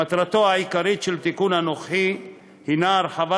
מטרתו העיקרית של התיקון הנוכחי היא הרחבת